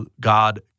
God